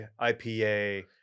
IPA